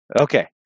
Okay